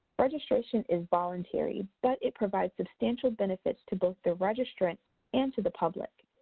registration is voluntary but it provides substantial benefits to both the registrant and to the public.